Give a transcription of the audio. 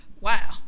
wow